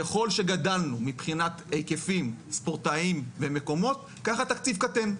ככל שגדלנו מבחינת היקפים ספורטאים ומקומות כך התקציב קטן,